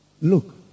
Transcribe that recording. Look